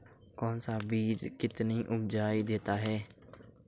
कौन सा बीज कितनी उपज देता है?